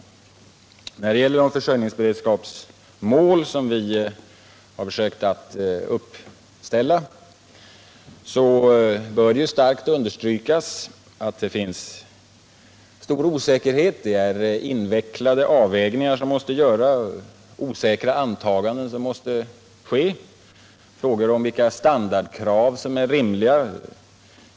ork gora Då det gäller de försörjningsberedskapsmål som vi försökt att uppställa — Försörjningsberedbör det starkt understrykas att det råder stor osäkerhet: invecklade avskapen på tekoomvägningar måste göras, osäkra antaganden måste ske, frågor måste ställas rådet om vilka standardkrav som är rimliga.